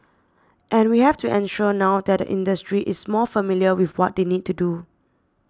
and we have to ensure now that the industry is more familiar with what they need to do